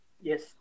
Yes